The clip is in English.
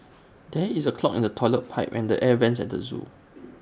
there is A clog in the Toilet Pipe and the air Vents at the Zoo